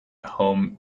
home